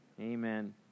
amen